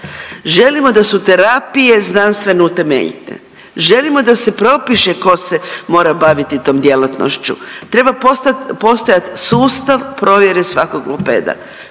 želimo da su terapije znanstveno utemeljene, želimo da se propiše ko se mora baviti tom djelatnošću, treba postojat sustav provjere svakog logopeda.